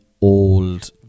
old